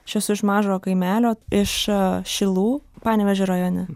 aš esu iš mažo kaimelio iš šilų panevėžio rajone